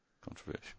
Controversial